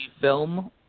film